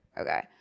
Okay